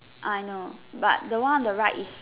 I know but the one on the right is